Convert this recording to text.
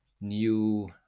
new